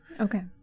Okay